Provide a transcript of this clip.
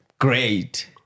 great